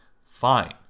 fine